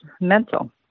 mental